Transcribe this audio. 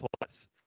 plus